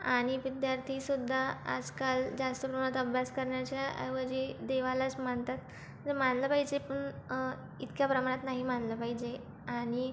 आणि विद्यार्थीसुद्धा आजकाल जास्त प्रमाणात अभ्यास करण्याच्या ऐवजी देवालाच मानतात ते मानलं पाहिजे पण इतक्या प्रमाणात नाही मानलं पाहिजे आणि